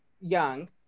young